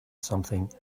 something